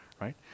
right